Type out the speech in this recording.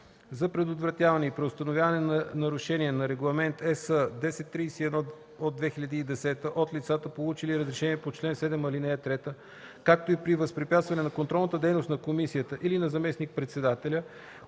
За предотвратяване и преустановяване на нарушение на Регламент (ЕС) № 1031/2010 от лицата, получили разрешение по чл. 7, ал. 3, както и при възпрепятстване на контролната дейност на комисията или на заместник-председателя,